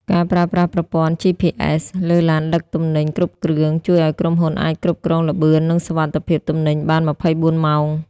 ការប្រើប្រាស់ប្រព័ន្ធ GPS លើឡានដឹកទំនិញគ្រប់គ្រឿង ជួយឱ្យក្រុមហ៊ុនអាចគ្រប់គ្រងល្បឿន និងសុវត្ថិភាពទំនិញបាន ២៤ ម៉ោង។